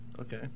Okay